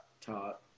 taught